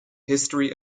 history